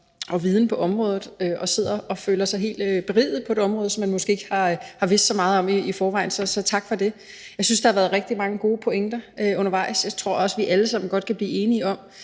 og viden på et bestemt område og føler sig helt beriget på et område, som man måske ikke i forvejen har vidst så meget om, så tak for det. Jeg synes, der har været rigtig mange gode pointer undervejs, og jeg tror også, vi alle samme godt kan blive enige om,